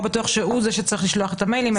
לא בטוח שהוא זה שצריך לשלוח את המיילים.